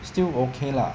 still okay lah